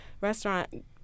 restaurant